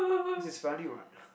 this is funny what